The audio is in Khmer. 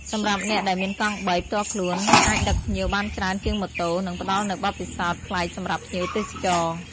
សម្រាប់អ្នកដែលមានកង់បី ផ្ទាល់ខ្លួន អាចដឹកភ្ញៀវបានច្រើនជាងម៉ូតូ និងផ្តល់នូវបទពិសោធន៍ប្លែកសម្រាប់ភ្ញៀវទេសចរ។។